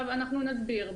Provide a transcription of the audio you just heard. אני אסביר.